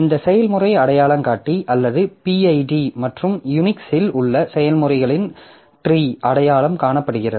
இந்த செயல்முறை அடையாளங்காட்டி அல்லது pid மற்றும் யுனிக்ஸ் இல் உள்ள செயல்முறைகளின் ட்ரீ அடையாளம் காணப்படுகிறது